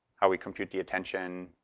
how we compute the attention?